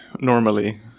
normally